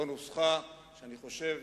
זו נוסחה שאני חושב